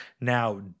now